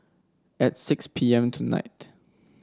at six P M tonight